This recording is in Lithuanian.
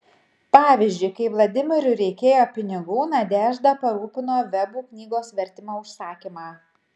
pavyzdžiui kai vladimirui reikėjo pinigų nadežda parūpino vebų knygos vertimo užsakymą